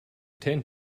tend